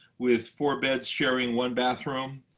with four beds sharing one bathroom,